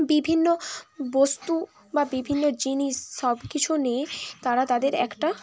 বিভিন্ন বস্তু বা বিভিন্ন জিনিস সব কিছু নিয়ে তারা তাদের একটা